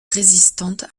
résistante